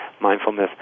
mindfulness